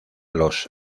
los